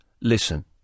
listen